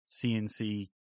CNC